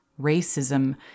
racism